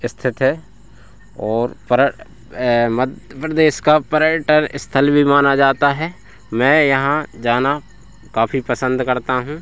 स्थित है और मध्य प्रदेश का पर्यटन स्थल भी माना जाता है मैं यहाँ जाना काफ़ी पसंद करता हूँ